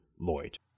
Lloyd